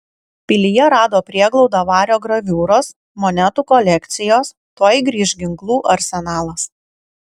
pilyje rado prieglaudą vario graviūros monetų kolekcijos tuoj grįš ginklų arsenalas